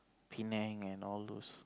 Penang and all those